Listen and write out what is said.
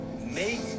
make